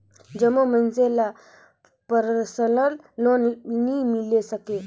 जम्मो मइनसे ल परसनल लोन नी मिल सके